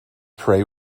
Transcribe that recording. pray